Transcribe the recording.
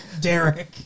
Derek